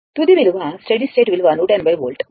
తుది విలువ steady state విలువ 180 వోల్ట్